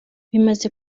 bimaze